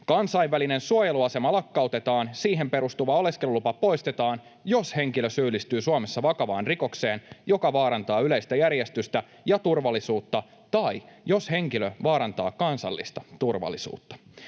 Kansainvälinen suojeluasema lakkautetaan, siihen perustuva oleskelulupa poistetaan, jos henkilö syyllistyy Suomessa vakavaan rikokseen, joka vaarantaa yleistä järjestystä ja turvallisuutta, tai jos henkilö vaarantaa kansallista turvallisuutta.